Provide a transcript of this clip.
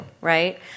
right